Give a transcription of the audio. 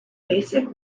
basic